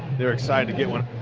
they are excited to get one.